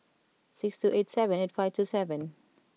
six two eight seven eight five two seven